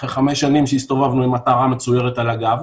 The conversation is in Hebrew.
אחרי חמש שנים שהסתובבנו עם מטרה מצוירת על הגב,